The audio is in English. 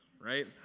right